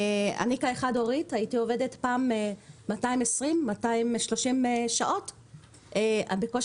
כחד-הורית הייתי עובדת פעם 220 230 שעות והילדים